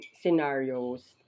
scenarios